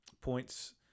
points